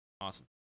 Awesome